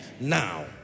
Now